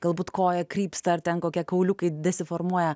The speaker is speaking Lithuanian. galbūt koja krypsta ar ten kokie kauliukai desiformuoja